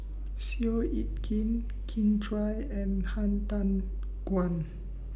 Seow Yit Kin Kin Chui and Han Tan Juan